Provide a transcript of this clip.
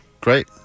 Great